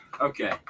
Okay